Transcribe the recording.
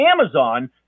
Amazon